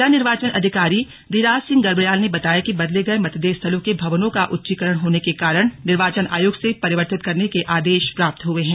जिला निर्वाचन अधिकारी धीराज सिंह गर्ब्याल ने बताया कि बदले गये मतदेय स्थलों के भवनों का उच्चीकरण होने के कारण निर्वाचन आयोग से परिवर्तित करने के आदेश प्राप्त हुए हैं